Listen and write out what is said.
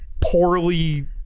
poorly